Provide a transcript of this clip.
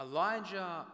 Elijah